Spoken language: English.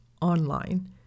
online